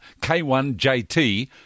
K1JT